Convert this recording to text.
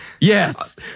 yes